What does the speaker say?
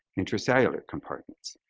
intracellular compartments,